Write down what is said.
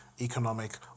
economic